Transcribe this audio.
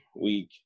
week